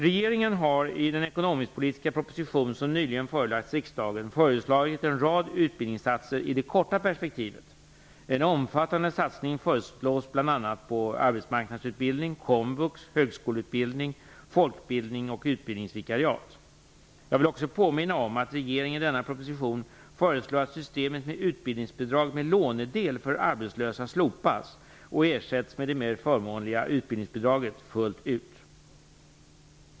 Regeringen har i den ekonomisk-politiska proposition som nyligen förelagts riksdagen föreslagit en rad utbildningsinsatser i det korta perspektivet. En omfattande satsning föreslås bl.a. på arbetsmarknadsutbildning, komvux, högskoleutbildning, folkbildning och utbildningsvikariat. Jag vill också påminna om att regeringen i denna proposition föreslår att systemet med utbildningsbidrag med lånedel för arbetslösa slopas och ersätts med det mer förmånliga utbildningsbidraget fullt ut.